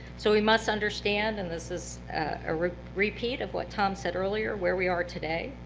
so we must understand, and this is a repeat of what tom said earlier, where we are today,